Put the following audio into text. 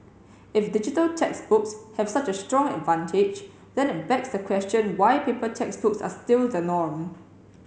if digital textbooks have such a strong advantage then it begs the question why paper textbooks are still the norm